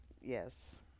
Yes